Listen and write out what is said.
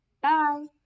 Bye